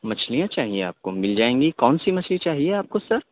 مچھلیاں چاہیے آپ کو مِل جائیں گی کونسی مچھلی چاہیے آپ کو سر